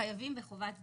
חייבים בחובת בידוד.